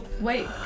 Wait